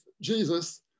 Jesus